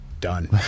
done